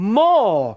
more